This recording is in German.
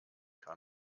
kann